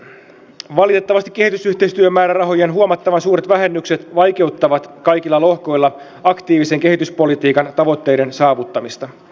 valitettavasti kehitysyhteistyömäärärahojen huomattavan suuret vähennykset vaikeuttavat kaikilla lohkoilla aktiivisen kehityspolitiikan tavoitteiden saavuttamista